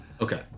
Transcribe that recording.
okay